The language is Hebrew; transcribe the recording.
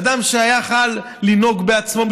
אדם שיכול לנהוג בעצמו,